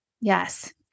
Yes